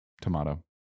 tomato